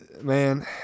man